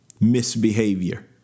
misbehavior